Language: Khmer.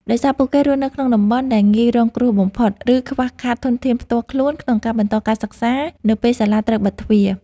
ដោយសារពួកគេរស់នៅក្នុងតំបន់ដែលងាយរងគ្រោះបំផុត និងខ្វះខាតធនធានផ្ទាល់ខ្លួនក្នុងការបន្តការសិក្សានៅពេលសាលាត្រូវបិទទ្វារ។